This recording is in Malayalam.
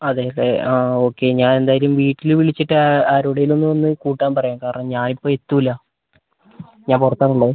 അതേ അല്ലെ അതെ ഓക്കെ ഞാൻ എന്തായാലും വീട്ടില് വിളിച്ചിട്ട് ആരോടേലും ഒന്ന് വന്നു കൂട്ടാൻ പറയാം കാരണം ഞാൻ ഇപ്പോൾ എത്തില്ല ഞാൻ പുറത്താണുള്ളത്